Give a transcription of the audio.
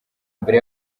imbere